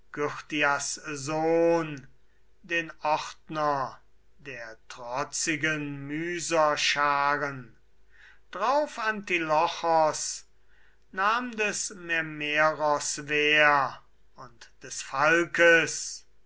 sohn den ordner der trotzigen myserscharen drauf antilochos nahm des mermeros wehr und des phalkes